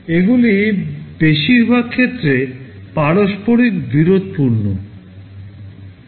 এগুলি বেশিরভাগ ক্ষেত্রে পারস্পরিক বিরোধপূর্ণ